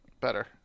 Better